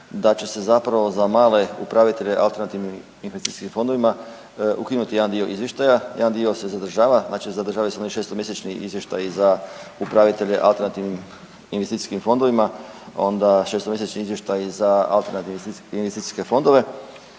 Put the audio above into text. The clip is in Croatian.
da će se zapravo za male upravitelje alternativnim investicijskim fondovima ukinuti jedan dio izvještaja, jedan dio se zadržava, znači zadržavaju se oni šestomjesečni izvještaji za upravitelje alternativnim investicijskim fondovima, onda šestomjesečni izvještaji za alternativne investicijske fondove